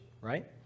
right